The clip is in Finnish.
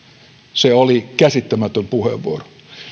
se oli käsittämätön puheenvuoro